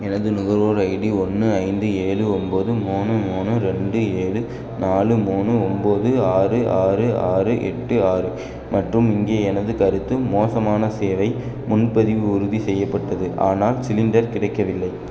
எனது நுகர்வோர் ஐடி ஒன்று ஐந்து ஏழு ஒம்பது மூணு மூணு ரெண்டு ஏழு நாலு மூணு ஒம்பது ஆறு ஆறு ஆறு எட்டு ஆறு மற்றும் இங்கே எனது கருத்து மோசமான சேவை முன்பதிவு உறுதி செய்யப்பட்டது ஆனால் சிலிண்டர் கிடைக்கவில்லை